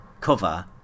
cover